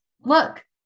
look